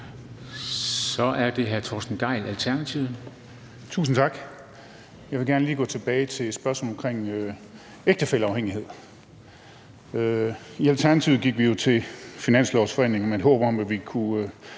Kl. 13:23 Torsten Gejl (ALT): Tusind tak. Jeg vil gerne lige gå tilbage til et spørgsmål omkring ægtefælleafhængighed. I Alternativet gik vi jo til finanslovsforhandlingen med et håb om – ja,